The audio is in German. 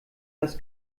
das